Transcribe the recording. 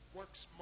works